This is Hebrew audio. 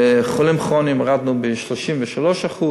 לחולים כרוניים הורדנו ב-33%,